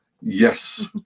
Yes